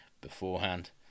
beforehand